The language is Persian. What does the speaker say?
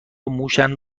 موشاند